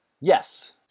Yes